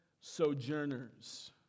Sojourners